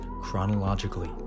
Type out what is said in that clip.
chronologically